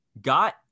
got